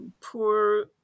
poor